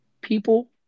People